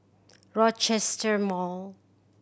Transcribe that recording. Rochester Mall